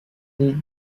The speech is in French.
est